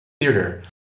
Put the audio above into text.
theater